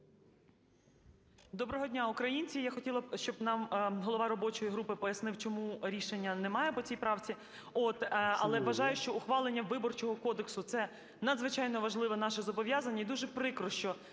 Доброго дня, українці! Я хотіла, щоб нам голова робочої групи пояснив, чому рішення немає по цій правці. Але вважаю, що ухвалення Виборчого кодексу - це надзвичайно важливе наше зобов'язання,